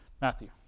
Matthew